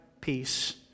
peace